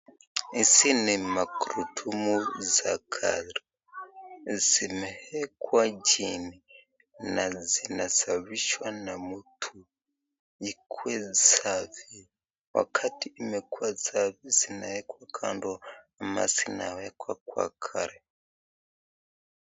Hizi ni magurudumu za gari zimeekww chini na zinasafishwa na mtu zikue safi, wkati imekua safi inawekwa kando ama inawekwa kwa gari.